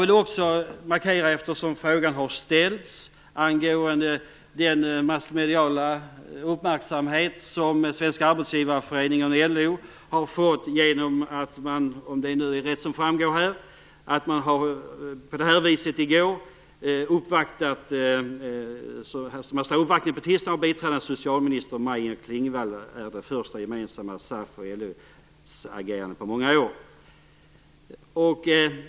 Tidigare talare har tagit upp den massmediala uppmärksamhet som Svenska Arbetsgivareföreningen och LO har fått genom att man - om dessa uppgifter nu är riktiga - har uppvaktat biträdande socialminister Maj-Inger Klingvall. Detta är alltså det första gemensamma SAF-LO-agerandet på många år.